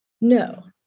No